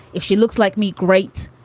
if she looks like me, great.